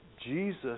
Jesus